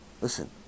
listen